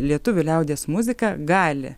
lietuvių liaudies muzika gali